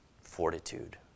fortitude